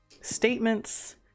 statements